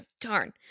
darn